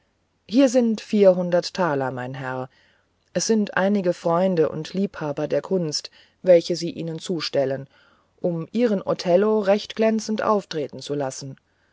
hier sind vierhundert taler mein herr es sind einige freunde und liebhaber der kunst welche sie ihnen zustellen um ihren othello recht glänzend auftreten zu lassen